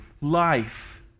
life